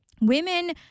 Women